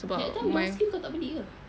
that time door skin kau tak beli ke